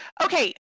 Okay